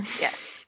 Yes